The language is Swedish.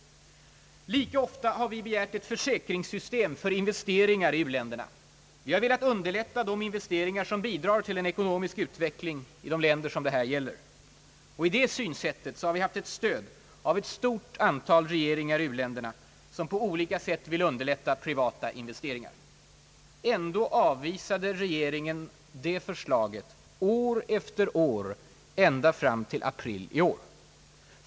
Lika ofta har vi begärt ett försäkringssystem för investeringar i u-länderna. Vi har velat underlätta de investeringar som bidrar till ekonomisk utveckling i de länder det här gäller. I det synsättet har vi haft stöd av ett stort antal regeringar i u-länderna, som på olika sätt vill underlätta privata investeringar i sina länder. — Ändå avvisade regeringen det förslaget år efter år ända fram till april i år.